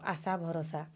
ଆଶା ଭରସା